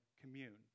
commune